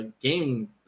game